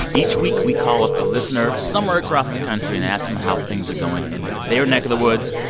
each week, we call up a listener somewhere across the country and ask them how things are going in their neck of the woods.